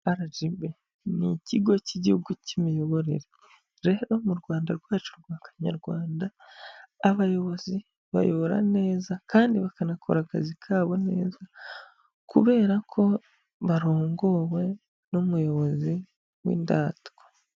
RGB, ni ikigo cy'Igihugu cy'Imiyoborere, rero mu Rwanda rwacu rwa Kanyarwanda abayobozi bayobora neza kandi bakanakora akazi kabo neza kubera ko barongowe n'umuyobozi w'indatwa.